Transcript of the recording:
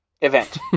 event